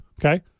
Okay